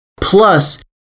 plus